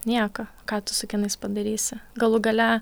nieko ką tu su kinais padarysi galų gale